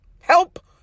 help